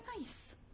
nice